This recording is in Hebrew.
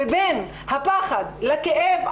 ובין הפחד לכאב,